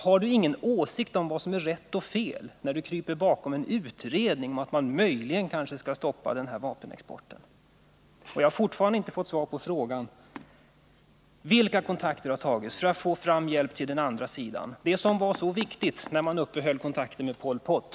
Har Ola Ullsten ingen åsikt om vad som är rätt eller fel när han kryper bakom en utredning om att man möjligen skall stoppa denna export? Jag har fortfarande inte fått svar på denna fråga: Vilka kontakter har tagits för att få fram hjälp till den andra sidan? — det som var så viktigt när man uppehöll kontakten med Pol Pot.